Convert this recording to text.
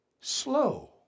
Slow